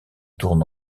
tournent